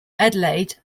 adelaide